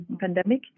pandemic